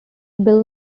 bill